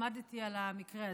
למדתי על המקרה הזה,